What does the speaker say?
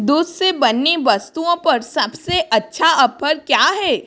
दूध से बनी वस्तुओं पर सब से अच्छा आफर क्या है